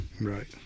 Right